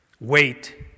Wait